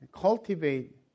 cultivate